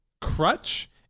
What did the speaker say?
crutch